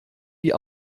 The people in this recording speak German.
wie